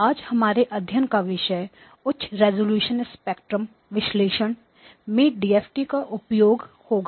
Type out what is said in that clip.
आज हमारे अध्ययन का विषय उच्च रेजोल्यूशन स्पेक्ट्रम विश्लेषण में डीएफटी का उपयोग होगा